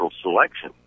selection